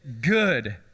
Good